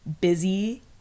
busy